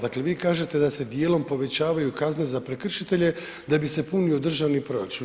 Dakle, vi kažete da se dijelom povećavaju kazne za prekršitelje da bi se punio državni proračun.